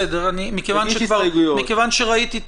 תגיש הסתייגויות --- מכיוון שראיתי את